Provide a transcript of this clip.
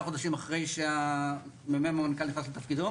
חודשים אחרי שממלא מקום המנכ"ל נכנס לתפקידו